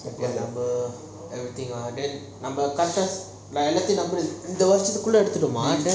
நம்ம:namma everything then நம்ம எல்லாத்தையும் இந்த வருசத்துக்குள்ள எடுத்துட்டோமா:namma ellathayum intha varusathukulla eaduthutoma